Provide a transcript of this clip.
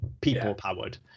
people-powered